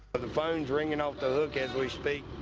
but the phones ringing off the hook as we speak.